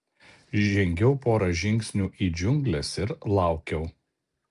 žengiau porą žingsnių į džiungles ir laukiau